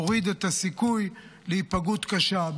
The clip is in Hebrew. להוריד את הסיכוי להיפגעות קשה,